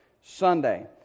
Sunday